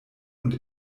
und